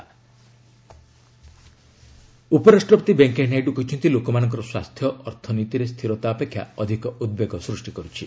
ଗଭ୍ ସପ୍କାଇଚେନ୍ ଉପରାଷ୍ଟ୍ରପତି ଭେଙ୍କୟା ନାଇଡୁ କହିଛନ୍ତି ଲୋକମାନଙ୍କର ସ୍ୱାସ୍ଥ୍ୟ ଅର୍ଥନୀତିରେ ସ୍ଥିରତା ଅପେକ୍ଷା ଅଧିକ ଉଦ୍ବେଗ ସୃଷ୍ଟି କରୁଛି